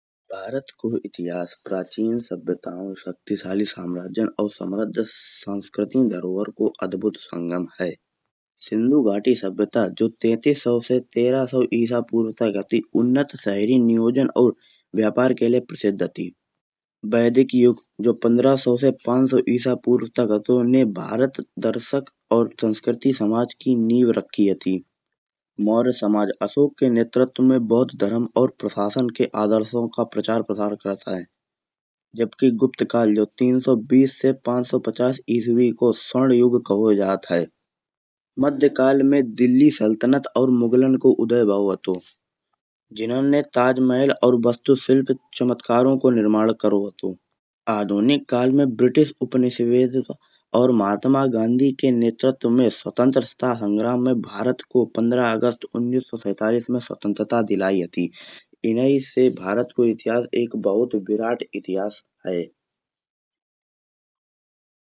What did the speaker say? भारत को इतिहास प्राचीन सभ्यताओं, शक्तिशाली साम्राज्यों और समृद्ध सांस्कृतिक धरोहर का अद्भुत संगम है। सिन्धु घाटी सभ्यता जो तैंतीस सौ से तेरह सौ इसा पूर्व तक हती उन्नत शहरी नियोजन और व्यापार के लिए प्रसिद्ध हती। वैदिक युग जो पंद्रह सौ से पांच सौ इसा पूर्व तक हतो भारत दर्शक और संस्कृति समाज की नींव रखी हती। मौर्य समाज अशोक के नेतृत्व में बौध धर्म और प्रशासन में के आदर्शों का प्रचार प्रसार करता है। जबकि गुप्त काल जो तीन सौ बीस से पांच सौ पचास इसवी को स्वर्ण युग कहो जात है। मध्य काल में दिल्ली सल्तनत और मुग़लों को उदय भाव हतो। जिनन ने ताज महल और वास्तु शिल्प चमत्कारों को निर्माण करो हतो। आधुनिक काल में ब्रिटिश उपनिषद और महात्मा गाँधी के नेतृत्व में स्वतंत्र संग्राम में भारत को पंद्रह अगस्त उन्नीस सौ सैंतालीस में स्वतंत्रता दिलाई हती। इनाही से भारत को इतिहास एक बहुत विराट इतिहास है।